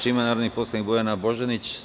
Reč ima narodni poslanik Bojana Božanić.